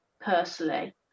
personally